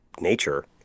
nature